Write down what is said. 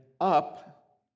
up